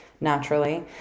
Naturally